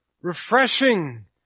refreshing